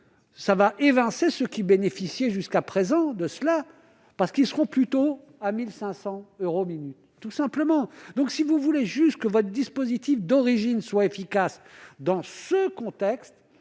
ça va évincer ceux qui bénéficiaient jusqu'à présent de cela parce qu'ils seront plus tôt à 1500 euros minutes tout simplement, donc si vous voulez, juge que votre dispositif d'origine soit efficace dans feu contexte